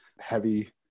heavy